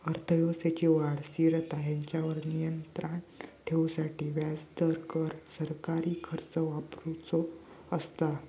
अर्थव्यवस्थेची वाढ, स्थिरता हेंच्यावर नियंत्राण ठेवूसाठी व्याजदर, कर, सरकारी खर्च वापरुचो असता